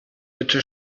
bitte